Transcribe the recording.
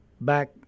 back